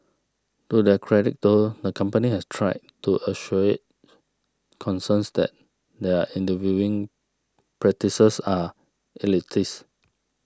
to their credit though the company has tried to assuage concerns that their interviewing practices are elitist